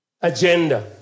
agenda